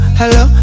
hello